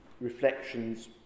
reflections